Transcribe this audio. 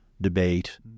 debate